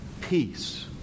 peace